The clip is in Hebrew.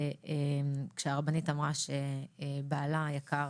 כשהרבנית אמרה שבעלה היקר,